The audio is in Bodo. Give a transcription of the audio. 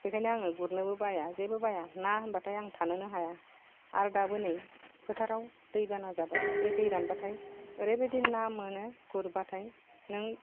बेखायनो आङो गुरनोबो बाया ना होनबाथाय आं थानोनो हाया आर दाबो नै फोथाराव दै बाना जाबाय बे दै रानबाथाय ओरैबायदि ना मोनो गुरबाथाय नों